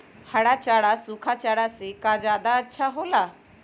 हरा चारा सूखा चारा से का ज्यादा अच्छा हो ला?